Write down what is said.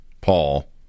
Paul